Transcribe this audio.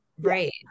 right